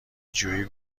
جویی